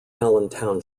allen